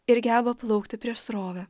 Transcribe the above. ir geba plaukti prieš srovę